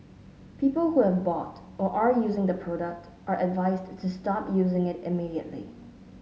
people who have bought or are using the product are advised to stop using it immediately